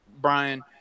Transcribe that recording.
Brian